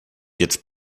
jetzt